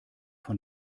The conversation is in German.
von